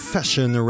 Fashion